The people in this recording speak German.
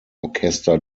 orchester